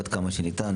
עד כמה שניתן,